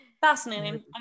fascinating